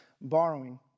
borrowing